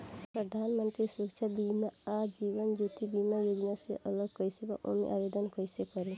प्रधानमंत्री सुरक्षा बीमा आ जीवन ज्योति बीमा योजना से अलग कईसे बा ओमे आवदेन कईसे करी?